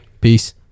Peace